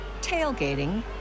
tailgating